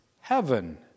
heaven